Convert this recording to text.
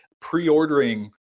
pre-ordering